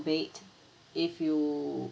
bed if you